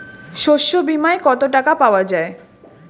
শস্য বিমায় কত টাকা পাওয়া যায়?